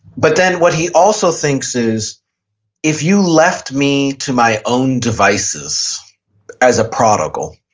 but then what he also thinks is if you left me to my own devices as a prodigal,